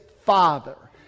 Father